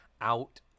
out